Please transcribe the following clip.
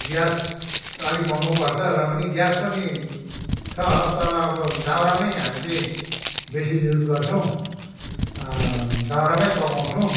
gas अलिक महँगो पर्छ र पनि ग्यास पनि छ तर अब दाउरामै हामी चाहिँ बेसी युज गर्छौँ दाउरामै पकाउँछौँ